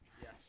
Yes